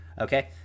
Okay